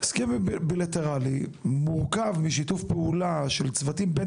הסכם בילטרלי מורכב משיתוף פעולה של צוותים בין